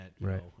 right